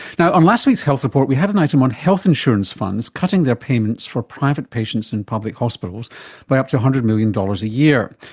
now, on last week's health report we had an item on health insurance funds cutting their payments for private patients in public hospitals by up to one hundred million dollars a year.